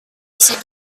bisa